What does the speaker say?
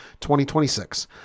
2026